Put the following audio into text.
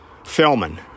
Filming